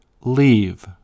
leave